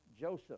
Joseph